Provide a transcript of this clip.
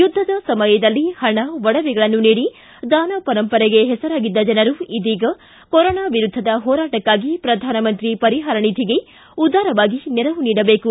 ಯುದ್ಧದ ಸಮಯದಲ್ಲಿ ಪಣ ಒಡವೆಗಳನ್ನು ನೀಡಿ ದಾನ ಪರಂಪರೆಗೆ ಹೆಸರಾಗಿದ್ದ ಜನರು ಇದೀಗ ಕೊರನಾ ವಿರುದ್ಧದ ಹೋರಾಟಕ್ಕಾಗಿ ಪ್ರಧಾನಮಂತ್ರಿ ಪರಿಪಾರ ನಿಧಿಗೆ ಉದಾರವಾಗಿ ನೆರವು ನೀಡಬೇಕು